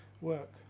work